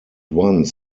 once